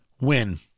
Win